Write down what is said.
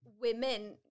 women